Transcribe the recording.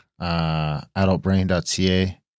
Adultbrain.ca